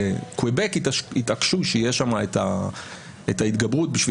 וקוויבק התעקשו שתהיה שם ההתגברות כדי